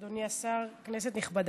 אדוני השר, כנסת נכבדה,